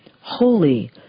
holy